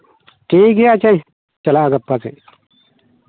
ᱴᱷᱤᱠ ᱜᱮᱭᱟ ᱟᱪᱪᱷᱟ ᱪᱟᱞᱟᱜᱼᱟ ᱜᱟᱯᱟ ᱥᱮᱜ